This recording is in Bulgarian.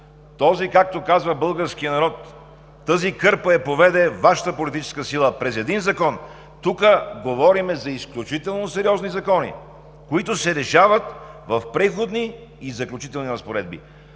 Както казва българският народ, тази кърпа я поведе Вашата политическа сила – през един закон. Тук говорим за изключително сериозни закони, които се решават в Преходни и заключителни разпоредби.